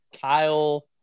Kyle –